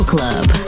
Club